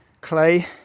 clay